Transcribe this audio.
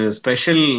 special